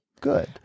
good